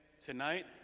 Tonight